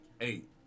eight